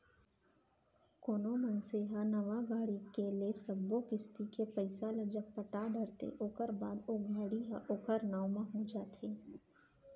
कोनो मनसे ह नवा गाड़ी के ले सब्बो किस्ती के पइसा ल जब पटा डरथे ओखर बाद ओ गाड़ी ह ओखर नांव म हो जाथे